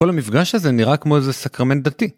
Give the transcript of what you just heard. כל המפגש הזה נראה כמו איזה סקרמנט דתי.